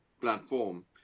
platform